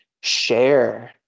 share